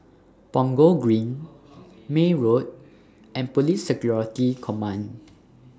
Punggol Green May Road and Police Security Command